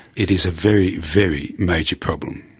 it is a very, very major problem.